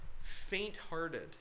faint-hearted